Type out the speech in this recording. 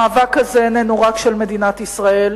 המאבק הזה אינו רק של מדינת ישראל,